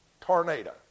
Tornado